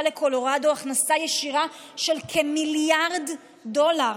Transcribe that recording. לקולורדו הכנסה ישירה של כמיליארד דולר.